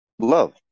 Love